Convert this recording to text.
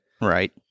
right